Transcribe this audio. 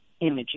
images